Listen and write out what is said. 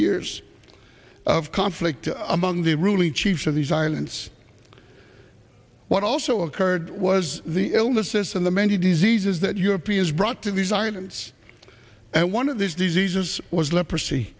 years of conflict among the ruling chiefs of these islands what also occurred was the illnesses and the many diseases that europeans brought to these islands and one of these diseases was leprosy